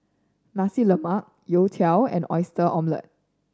Nasi Lemak youtiao and Oyster Omelette